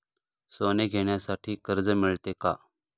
सोने घेण्यासाठी कर्ज मिळते का?